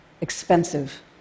expensive